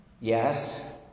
Yes